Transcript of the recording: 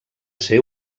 ser